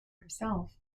herself